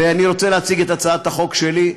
ואני רוצה להציג את הצעת החוק שלי.